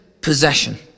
possession